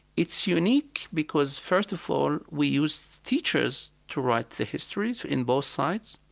it's unique because, first of all, we use teachers to write the histories in both sides.